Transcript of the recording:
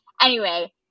anyway-